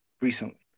recently